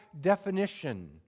definition